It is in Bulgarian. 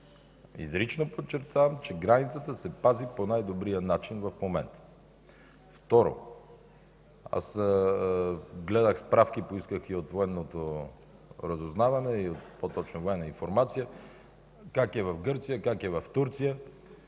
изрично подчертавам, че границата се пази по най-добрия начин в момента. Второ, гледах справки – поисках и от Военното разузнаване, по-точно „Военна информация” – как е в Гърция, как е в Турция.